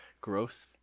growth